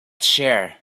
chair